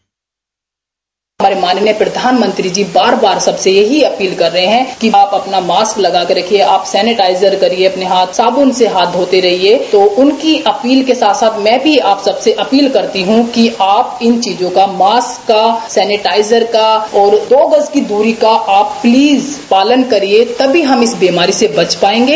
bite हमारे माननीय प्रधानमंत्री जी बार बार सबसे यही अपील कर रहे हैं कि आप अपना मॉस्क लगाकर रखिये आप सेनिटाइजर करिये अपने हाथ साबुन से धोते रहिये तो उनकी अपील के साथ साथ मैं भी आप सबसे अपील करती हूं कि आप इन चीजों का मॉस्क का सेनिटाइजर का और दो गज की दूरी का आप प्लीज पालन करिये तभी हम इस बीमारी से बच पायेंगे